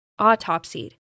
autopsied